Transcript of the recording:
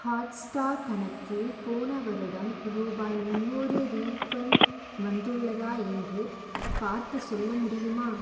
Hotstar கணக்கில் போன வருடம் ரூபாய் முன்னூறு ரீஃபண்ட் வந்துள்ளதா என்று பார்த்துச் சொல்ல முடியுமா